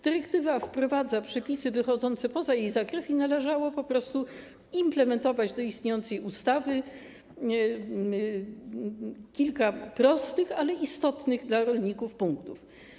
Dyrektywa wprowadza przepisy wychodzące poza jej zakres i należało po prostu implementować do istniejącej ustawy kilka prostych, ale istotnych dla rolników punktów.